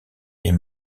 est